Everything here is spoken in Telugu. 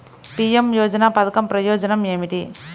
పీ.ఎం యోజన పధకం ప్రయోజనం ఏమితి?